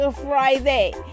Friday